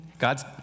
God's